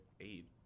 eight